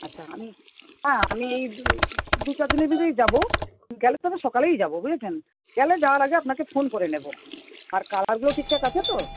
আচ্ছা আমি হ্যাঁ আমি এই এই দু চারদিনের ভিতরেই যাব গেলে তো আমি সকালেই যাব বুঝেছেন গেলে যাওয়ার আগে আপনাকে ফোন করে নেব আর কালারগুলো ঠিকঠাক আছে তো